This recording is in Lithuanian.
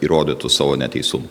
įrodytų savo neteisumą